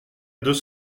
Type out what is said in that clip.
deux